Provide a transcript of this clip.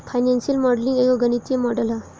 financial modelling एगो गणितीय model ह